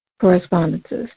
correspondences